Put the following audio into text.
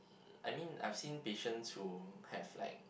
I mean I've seen patients who have like